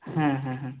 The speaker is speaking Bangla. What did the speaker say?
হ্যাঁ হ্যাঁ হ্যাঁ